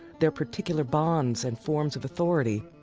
their particular bonds and forms of authority,